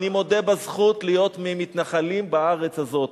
אני מודה בזכות להיות ממתנחלים בארץ הזאת